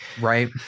Right